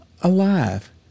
alive